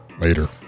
later